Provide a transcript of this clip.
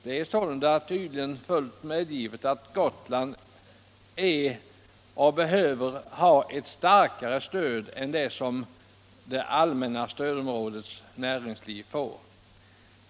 Det är sålunda tydligen fullt medgivet att Gotland behöver ha ett starkare stöd än det allmänna stödområdets näringsliv får.